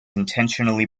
intentionally